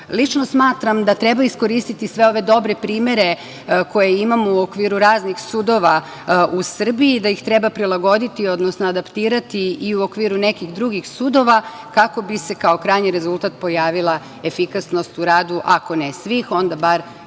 80%.Lično smatram da treba iskoristiti sve ove dobre primere koje imamo u okviru raznih sudova u Srbiji, da ih treba prilagoditi odnosno adaptirati i u okviru nekih drugih sudova, kako bi se kao krajnji rezultat pojavila efikasnost u radu, ako ne svih, onda bar većine